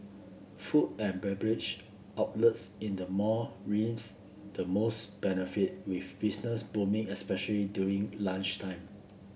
food and beverage outlets in the mall reaps the most benefit with business booming especially during lunchtime